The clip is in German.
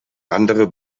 andere